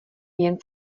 jen